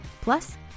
Plus